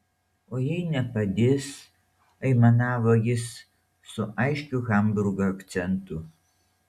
o jei nepadės aimanavo jis su aiškiu hamburgo akcentu